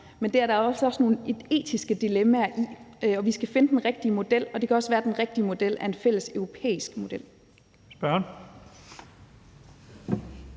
men det er der altså også nogle etiske dilemmaer i. Vi skal finde den rigtige model, og det kan også være, at den rigtige model er en fælles europæisk model.